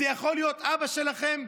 זה יכול להיות אבא שלכם,